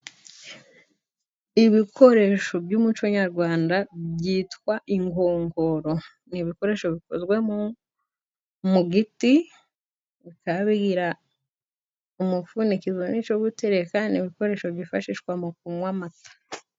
Ibikoresho by'umuco nyarwanda byitwa inkongoro ni ibikoresho bikozwe mu mu giti bikaba bigira umufunikizo n'icyo gutereka, ibikoresho byifashishwa mu kunywa amata.